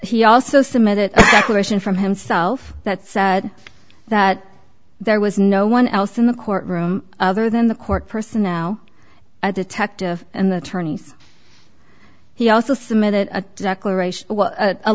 he also submit a question from himself that said that there was no one else in the courtroom other than the court person now i detective and the attorneys he also submitted a declaration